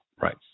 Right